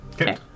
Okay